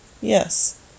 yes